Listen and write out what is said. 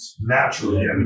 naturally